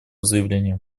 заявлению